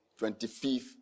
25th